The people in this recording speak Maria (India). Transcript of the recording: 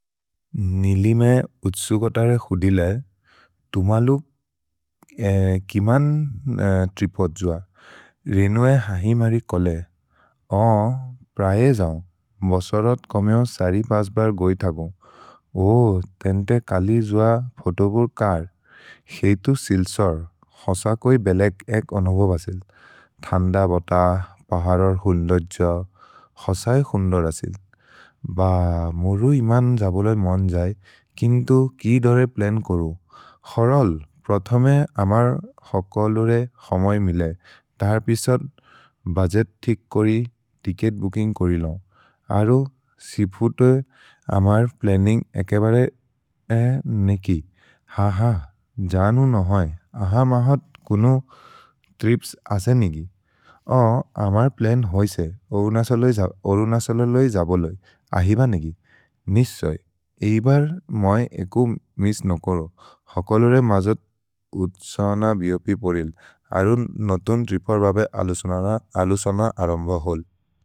निलिम् ए उत्सु गोतरे हुदिले, तुमलु किमन् त्रिपोद् जुअ, रिनुए हहिमरि कोले, अन्, प्रए ए जौन्। भसरोत् कोमेओ सरि पस्बर् गोइ थगुन्, ओ, तेन्ते कलि जुअ, फोतोबोर् कर्, क्सेइतु सिल्सोर्, होस कोइ बेलेक् एक् ओनोबो बसिल्, थन्द बोत। पहरोर् हुन्दोर् जो, होस ए हुन्दोर् असिल्, ब, मोरु इमन् जबोलोज् मोन् जै, किन्तु कि दोरे प्लेन् कोरो, होरोल्, प्रोथोमे अमर् होकलोरे होमोइ मिले। तर् पिसोत्, बजेत् थिक् कोरि, तिकेत् बूकिन्ग् कोरि लोन्, अरु, सिफुतोज्, अमर् प्लेनिन्ग् एके बरे ए नेकि। ह ह, जौनु नो होइ, ह ह महोत् कुनु त्रिप्स् असे नेगि, अन्, अमर् प्लेन् होइसे, ओरु नसलोज् जबोलोज्, अहिब नेगि, निस्सोज्, एबर् मोइ एकु मिस् नो कोरो, होकलोरे मजोत् उत्सन बोप् पोरिल्, अरु नतुन् त्रिपोद् बबे अलुसोन अरोम्बो होल्।